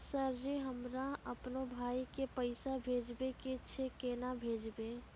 Sir ji हमरा अपनो भाई के पैसा भेजबे के छै, केना भेजबे?